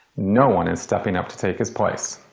no one is stepping up to take his place.